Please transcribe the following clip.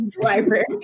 library